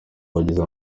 wagize